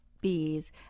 bees